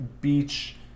beach